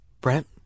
Brent